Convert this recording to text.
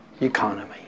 economy